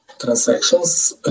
Transactions